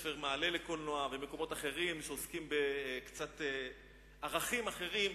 לבית-ספר "מעלה" לקולנוע ולמקומות אחרים שעוסקים בקצת ערכים אחרים,